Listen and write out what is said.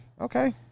Okay